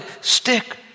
stick